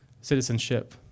citizenship